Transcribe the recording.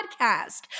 podcast